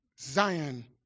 Zion